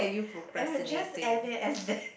eh just end it as there